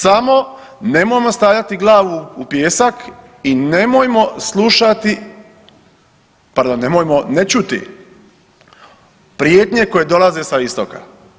Samo, nemojmo stavljati glavu u pijesak i nemojmo slušati, pardon, nemojmo ne čuti prijetnje koje dolaze sa Istoka.